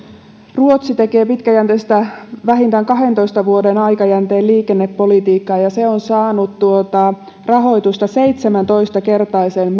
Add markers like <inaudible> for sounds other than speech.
ruotsi tekee pitkäjänteistä vähintään kahdentoista vuoden aikajänteen liikennepolitiikkaa ja se on saanut rahoitusta seitsemäntoista kertaisen <unintelligible>